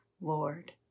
Lord